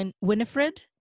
Winifred